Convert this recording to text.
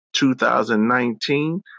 2019